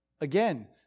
Again